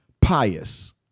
pious